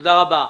תודה רבה.